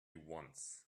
once